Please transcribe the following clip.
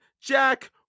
Jack